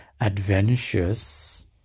adventurous